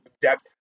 depth